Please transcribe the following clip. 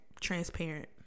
transparent